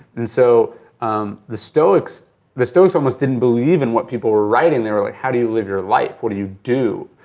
and so um the stoics the stoics almost didn't believe in what people were writing. they were like, how do you live your life, what do you do?